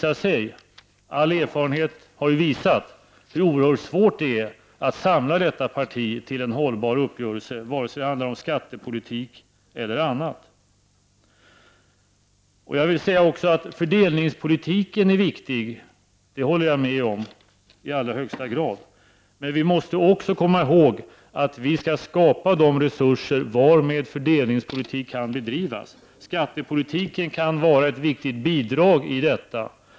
All erfarenhet har visat hur oerhört svårt det är att samla detta parti till en hållbar uppgörelse, vare sig det handlar om skattepolitik eller annat. Att fördelningspolitiken är viktig håller jag med om i allra högsta grad. Men vi måste också komma ihåg att vi skall skapa de resurser varmed fördelningspolitik kan bedrivas. Skattepolitiken kan vara ett viktigt bidrag till detta.